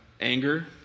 Anger